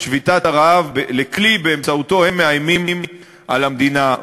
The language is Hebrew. שביתת הרעב לכלי שבאמצעותו הם מאיימים על המדינה.